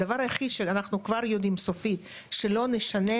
הדבר היחיד שאנחנו כבר יודעים סופית זה שלא נשנה